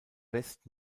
west